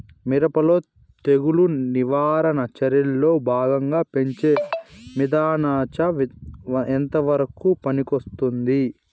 మిరప లో తెగులు నివారణ చర్యల్లో భాగంగా పెంచే మిథలానచ ఎంతవరకు పనికొస్తుంది?